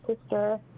sister